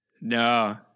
no